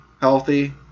healthy